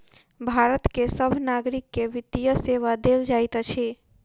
भारत के सभ नागरिक के वित्तीय सेवा देल जाइत अछि